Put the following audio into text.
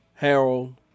Harold